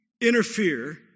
interfere